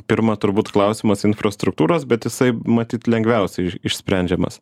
pirma turbūt klausimas infrastruktūros bet jisai matyt lengviausiai išsprendžiamas